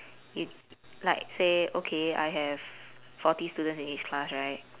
you like say okay I have forty students in each class right